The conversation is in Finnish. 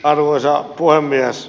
arvoisa puhemies